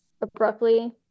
abruptly